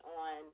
on